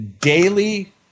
daily